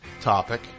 topic